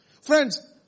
Friends